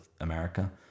America